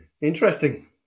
Interesting